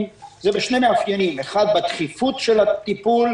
הוא בשני מאפיינים: 1) בדחיפות של הטיפול,